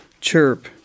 chirp